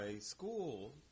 school